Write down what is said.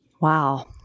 Wow